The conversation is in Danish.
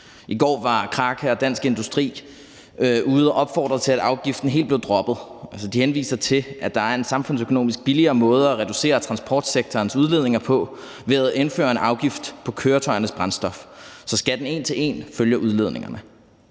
I går var Kraka og Dansk Industri ude at opfordre til, at afgiften helt blev droppet. De henviser til, at der er en samfundsøkonomisk billigere måde at reducere transportsektorens udledninger på: at indføre en afgift på køretøjernes brændstof, så skatten en til en følger udledningerne.